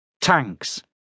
Tanks